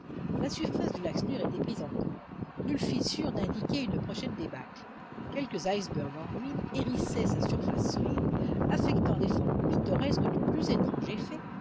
la surface du lac snure était prise encore nulle fissure n'indiquait une prochaine débâcle quelques icebergs en ruine hérissaient sa surface solide affectant des formes pittoresques du plus étrange effet